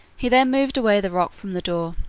he then moved away the rock from the door,